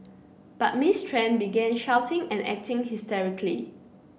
but Ms Tran began shouting and acting hysterically